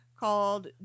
called